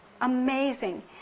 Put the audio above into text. amazing